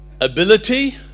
Ability